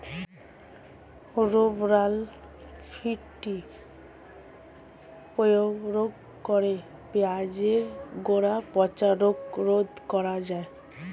Rovral fifty প্রয়োগ করে পেঁয়াজের গোড়া পচা রোগ রোধ করা যায়?